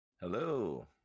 Hello